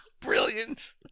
Brilliant